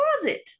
closet